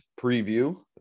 Preview